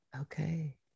Okay